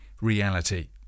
reality